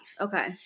Okay